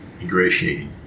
ingratiating